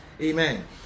amen